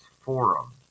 Forum